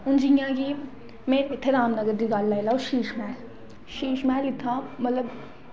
हून जियां की हून जियां रामनगर दी गल्ल लाई लैओ शीशमहल शाशमहल इत्थां मतलब